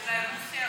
ואולי רוסיה,